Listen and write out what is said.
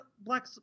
black